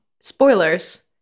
Spoilers